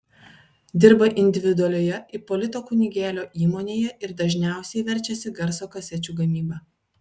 dirba individualioje ipolito kunigėlio įmonėje ir dažniausiai verčiasi garso kasečių gamyba